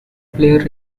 player